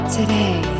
Today